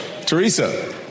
Teresa